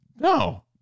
No